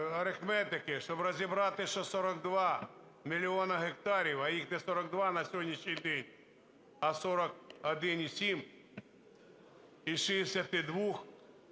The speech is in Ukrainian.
арифметики, щоб розібратись, що 42 мільйони гектарів, а їх не 42 на сьогоднішній день, а 41,7, із 62-х